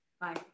Bye